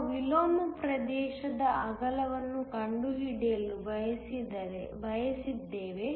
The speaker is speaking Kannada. ನಾವು ವಿಲೋಮ ಪ್ರದೇಶದ ಅಗಲವನ್ನು ಕಂಡುಹಿಡಿಯಲು ಬಯಸಿದ್ದೇವೆ